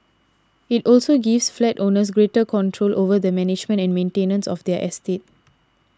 it also gives flat owners greater control over the management and maintenance of their estate